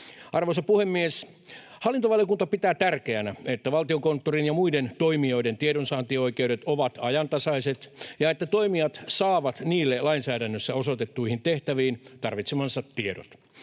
Arvoisa puhemies! Hallintovaliokunta pitää tärkeänä, että Valtiokonttorin ja muiden toimijoiden tiedonsaantioikeudet ovat ajantasaiset ja että toimijat saavat niille lainsäädännössä osoitettuihin tehtäviin tarvitsemansa tiedot.